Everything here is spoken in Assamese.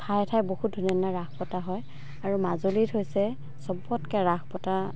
ঠায়ে ঠায়ে বহুত ধুনীয়া ধুনীয়া ৰাস পতা হয় আৰু মাজুলীত হৈছে চবতকৈ ৰাস পতা